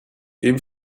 dem